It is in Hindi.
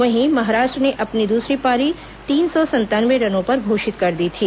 वहीं महाराष्ट्र ने अपनी दूसरी पारी तीन सौ संतानवे रनों पर घोषित कर दी थी